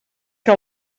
que